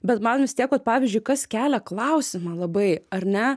bet man vis tiek vat pavyzdžiui kas kelia klausimą labai ar ne